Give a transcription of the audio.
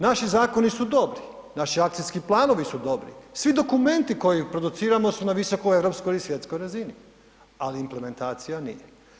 Naši zakoni su dobri, naši akcijski planovi su dobri, svi dokumenti koje produciramo su na visokoj europskoj ili svjetskoj razini, ali implementacija nije.